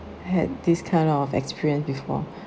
had this kind of experience before